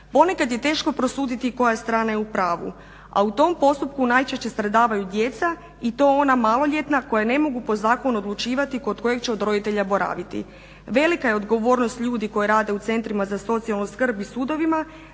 Ponekad je teško prosuditi koja strana je u pravu. A u tom postupu najčešće stradavaju djeca i to ona maloljetna koja ne mogu po zakonu odlučivati kod kojeg će od roditelja boraviti. Velika je odgovornost ljudi koji rade u centrima za socijalnu skrb i sudovima.